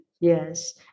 yes